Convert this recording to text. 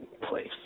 place